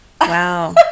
Wow